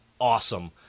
awesome